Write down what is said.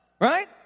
right